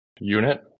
unit